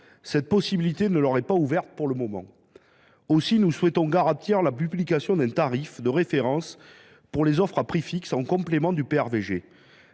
cette possibilité ne leur est pas ouverte. Aussi, nous souhaitons garantir la publication d’un tarif de référence pour les offres à prix fixe en complément du PRVG.